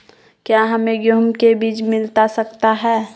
क्या हमे गेंहू के बीज मिलता सकता है?